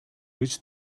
гэж